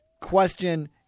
question